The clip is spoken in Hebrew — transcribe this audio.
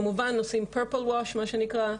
כמובן עושיםPURPLE WASH מה שנקרא,